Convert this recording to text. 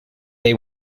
they